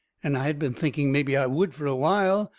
and i had been thinking mebby i would fur a while.